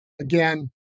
Again